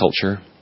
culture